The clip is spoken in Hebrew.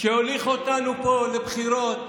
שהוליך אותנו פה לבחירות,